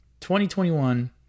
2021